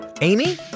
amy